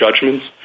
judgments